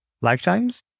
lifetimes